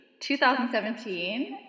2017